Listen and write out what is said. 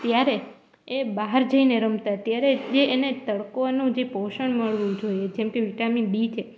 ત્યારે એ બહાર જઈને રમતાં ત્યારે જે એને તડકાનું જે પોષણ મળવું જોઈએ જેમ કે વિટામિન ડી છે